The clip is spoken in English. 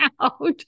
out